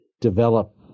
develop